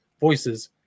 voices